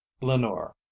lenore